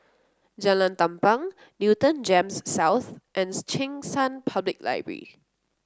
Jalan Tampang Newton Gems South and Cheng San Public Library